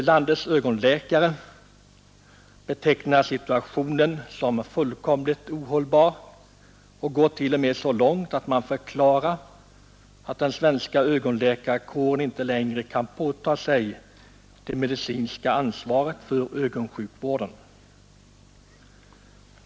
Landets ögonläkare betecknar situationen som helt ohållbar och går t.o.m. så långt att de förklarar att den svenska ögonläkarkåren inte längre kan påta sig det medicinska ansvaret för ögonsjukvården.